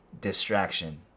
distraction